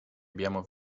abbiamo